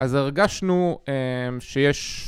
אז הרגשנו שיש...